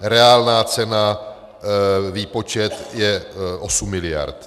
Reálná cena, výpočet je 8 miliard.